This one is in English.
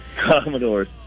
Commodores